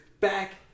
back